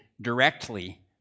directly